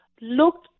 look